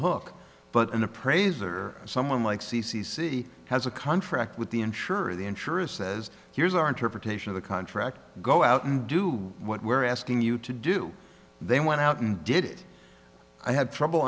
hook but an appraiser or someone like c c c has a contract with the insurer the insurer says here's our interpretation of the contract go out and do what we're asking you to do they went out and did it i have trouble